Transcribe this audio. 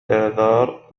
آذار